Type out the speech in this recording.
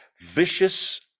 vicious